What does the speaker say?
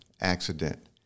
accident